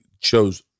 chose